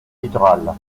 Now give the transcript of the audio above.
littorales